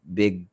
big